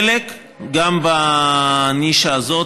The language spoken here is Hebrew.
וחלק גם בנישה הזאת,